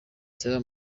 salaam